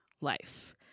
life